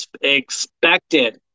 expected